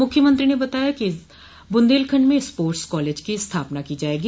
मुख्यमंत्री ने बताया कि बुंदेलखंड में स्पोर्ट्स कॉलेज की स्थापना की जायेगी